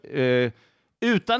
utan